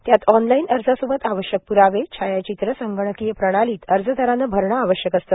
त्यात ऑनलाईन अर्जासोबत आवश्यक प्रावे छायाचित्र संगणकीय प्रणालीत अर्जदाराने अरणे आवश्यक असते